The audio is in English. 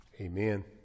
amen